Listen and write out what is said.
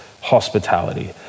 hospitality